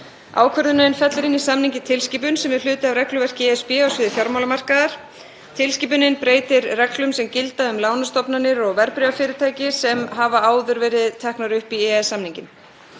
Ákvörðunin fellir inn í samninginn tilskipun sem er hluti af regluverki ESB á sviði fjármálamarkaðar. Tilskipunin breytir reglum sem gilda um lánastofnanir og verðbréfafyrirtæki, sem hafa áður verið teknar upp í EES-samninginn.